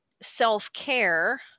self-care